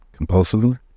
Compulsively